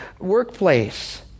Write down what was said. workplace